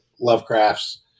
Lovecraft's